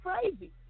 crazy